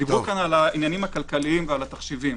דיברו פה על העניינים הכלכליים ועל התחשיבים.